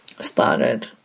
started